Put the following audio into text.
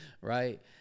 right